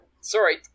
sorry